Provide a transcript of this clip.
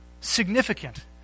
significant